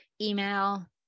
email